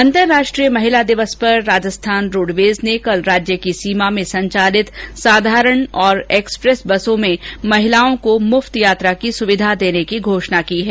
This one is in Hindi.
अंतरराष्ट्रीय महिला दिवस पर राजस्थान रोड़वेज ने कल राज्य की सीमा में संचालित साधारण और एक्सप्रेस बसों में महिलाओं को मुफ्त यात्रा की सुविधा देने की घोषणा की है